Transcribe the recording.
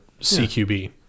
CQB